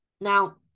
Now